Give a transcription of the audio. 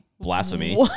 Blasphemy